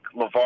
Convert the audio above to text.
LeVar